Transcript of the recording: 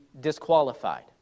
disqualified